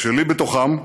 ושלי בתוכם,